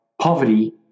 poverty